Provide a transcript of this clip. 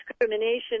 discrimination